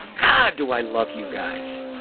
god, do i love you guys!